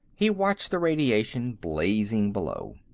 he watched the radiation blazing below.